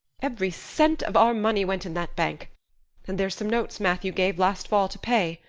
every cent of our money went in that bank and there's some notes matthew gave last fall to pay.